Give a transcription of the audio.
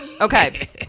Okay